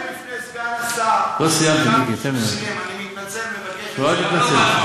אני מתנצל בפני סגן השר.